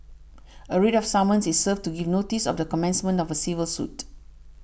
a writ of summons is served to give notice of the commencement of a civil suit